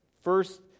First